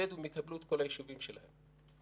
הבדואים יקבלו את כל היישובים שלהם.